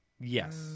Yes